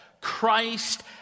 Christ